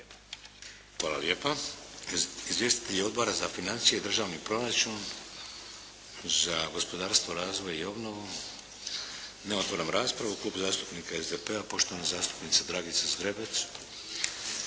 Hvala lijepa. Izvjestitelji Odbora za financije i državni proračun za gospodarstvo, razvoj i obnovu? Ne. Otvaram raspravu. Klub zastupnika SDP-a, poštovana zastupnica Dragica Zgrebec.